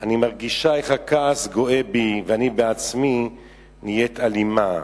"אני מרגישה איך הכעס גואה בי ואני בעצמי נהיית אלימה.